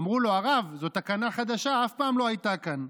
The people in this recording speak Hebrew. אמרו לו: הרב, זו תקנה חדשה, אף פעם לא הייתה כאן.